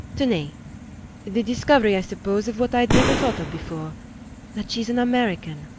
tenez the the discovery, i suppose, of what i'd never thought of before that she's an american.